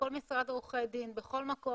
בכל משרד עורכי דין ובכל מקום,